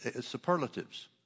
superlatives